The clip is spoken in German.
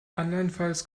andernfalls